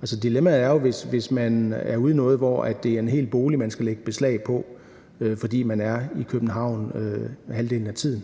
Altså, dilemmaet er jo, hvis man er ude i noget, hvor man skal lægge beslag på en hel bolig, fordi man er i København halvdelen af tiden.